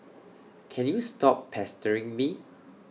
can you stop pestering me